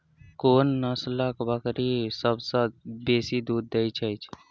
कोन नसलक बकरी सबसँ बेसी दूध देइत अछि?